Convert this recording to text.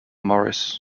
morris